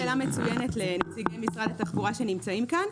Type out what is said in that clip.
זאת שאלה מצוינת לנציגים ממשרד התחבורה שנמצאים כאן.